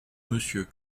monsieur